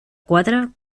quadra